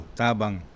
tabang